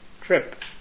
trip